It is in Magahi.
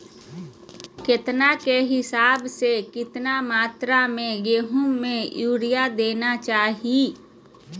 केतना के हिसाब से, कितना मात्रा में गेहूं में यूरिया देना चाही?